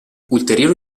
ulteriori